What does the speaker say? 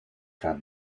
god